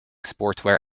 sportswear